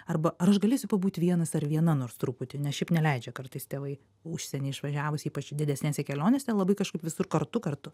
arba ar aš galėsiu pabūt vienas ar viena nors truputį nes šiaip neleidžia kartais tėvai užsieny išvažiavus ypač didesnėse kelionėse labai kažkaip visur kartu kartu